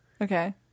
okay